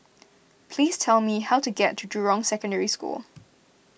please tell me how to get to Jurong Secondary School